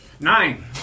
Nine